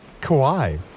Kawhi